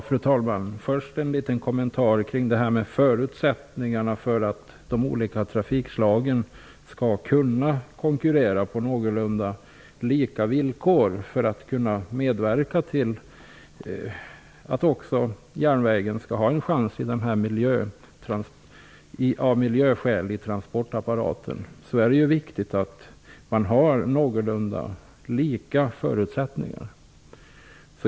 Fru talman! Först vill jag göra en kommentar i fråga om förutsättningarna för att de olika trafikslagen skall kunna kunkurrera på någorlunda lika villkor och för att därmed också järnvägen skall ha en chans i transportapparaten, av miljöskäl. Det är viktigt att de har någorlunda lika förutsättningar.